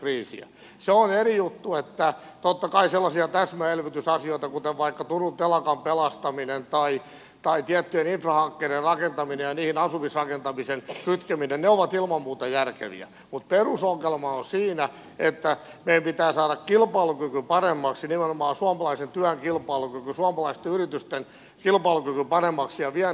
se on eri juttu että totta kai sellaiset täsmäelvytysasiat kuten vaikka turun telakan pelastaminen tai tiettyjen infrahankkeiden rakentaminen ja niihin asumisrakentamisen kytkeminen ovat ilman muuta järkeviä mutta perusongelma on siinä että meidän pitää saada kilpailukyky paremmaksi nimenomaan suomalaisen työn kilpailukyky suomalaisten yritysten kilpailukyky paremmaksi ja vienti vetämään